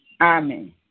Amen